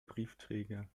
briefträger